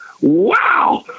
wow